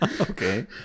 Okay